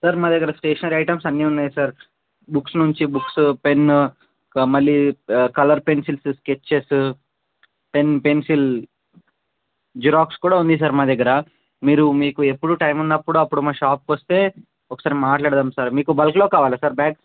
sir మా దగ్గర stationery items అన్నీ ఉన్నాయి సార్ బుక్స్ నుంచి బుక్స్ పెన్ను ఇంకా మళ్ళీ colour pencils sketches pen pencil xerox కూడా ఉంది సార్ మా దగ్గర మీరు మీకు ఎప్పుడు టైం ఉన్నప్పుడు అప్పుడు మా షాప్కి వస్తే ఒకసారి మాట్లాడదాము సార్ మీకు బల్క్లో కావాలా సార్ బ్యాగ్స్